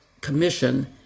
commission